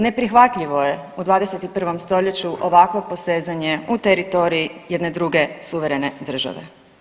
Neprihvatljivo je u 21. stoljeću ovako posezanje u teritorij jedne druge suverene države.